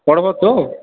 ପଢ଼ବ୍ ତ